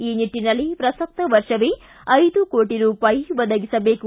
ಈ ನಿಟ್ಟನಲ್ಲಿ ಪ್ರಸಕ್ತ ವರ್ಷವೇ ಐದು ಕೋಟ ರೂಪಾಯಿ ಒದಗಿಸಬೇಕು